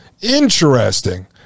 Interesting